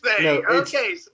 Okay